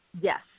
Yes